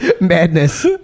madness